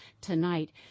tonight